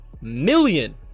million